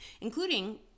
including